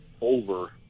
over